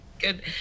Good